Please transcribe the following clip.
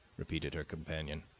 repeated her companion.